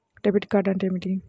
Debit card అంటే ఏమిటి?